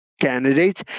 candidates